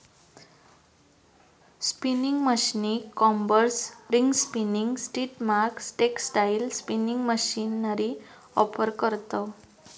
spinning मशीनीक combers, ring spinning सिस्टमाक textile spinning machinery offer करतव